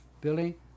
Billy